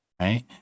right